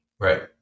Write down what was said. Right